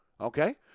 okay